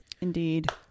indeed